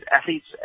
athletes